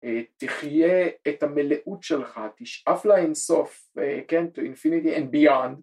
תחיה את המלאות שלך תשאף לאינסוף, כן, to infinity and beyond